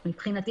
חלקית מבחינתי,